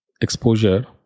exposure